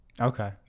Okay